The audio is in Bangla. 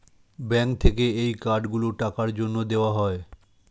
ব্যাঙ্ক থেকে এই কার্ড গুলো টাকার জন্যে দেওয়া হয়